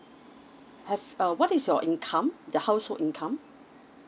have uh what is your income the household income